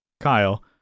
Kyle